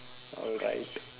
alright